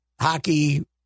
hockey